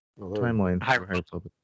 timeline